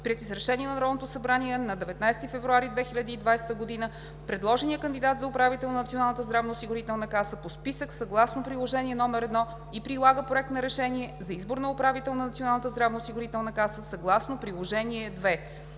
приети с Решение на Народното събрание на 19 февруари 2020 г., предложения кандидат за управител на Националната здравноосигурителна каса по списък, съгласно Приложение № 1 и прилага Проект на решение за избор на управител на Националната здравноосигурителна каса, съгласно Приложение №